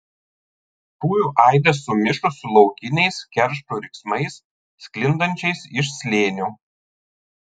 šūvio aidas sumišo su laukiniais keršto riksmais sklindančiais iš slėnio